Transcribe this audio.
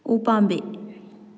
ꯎ ꯄꯥꯝꯕꯤ